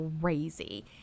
crazy